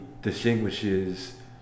distinguishes